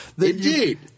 Indeed